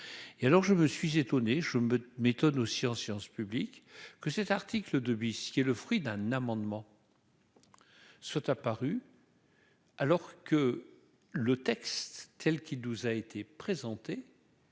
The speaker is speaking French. et alors je me suis étonné : je m'étonne aussi en séance publique, que cet article 2 bis, il est le fruit d'un amendement. Soit apparue. Alors que le texte tel qu'il nous a été présenté.